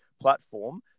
platform